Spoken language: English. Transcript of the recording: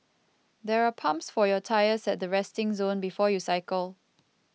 there are pumps for your tyres at the resting zone before you cycle